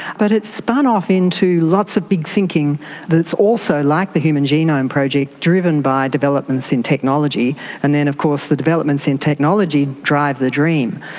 but it spun off into lots of big thinking that is also, like the human genome project, driven by developments in technology and then of course the developments in technology drive the dream.